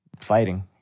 fighting